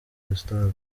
gustave